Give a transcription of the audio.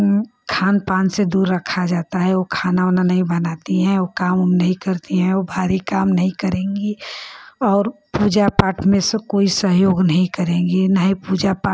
खान पान से दूर रखा जाता है वो खाना उना नहीं बनाती हैं वो काम उम नहीं करती हैं भारी काम नहीं करेंगी और पूजा पाठ में से कोई सहयोग नहीं करेंगी न ही पूजा पाठ